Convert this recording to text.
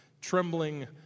trembling